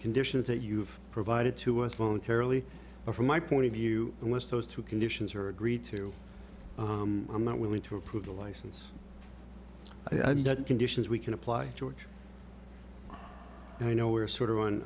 conditions that you've provided to us momentarily but from my point of view and once those two conditions are agreed to i'm not willing to approve the license conditions we can apply george you know we're sort of one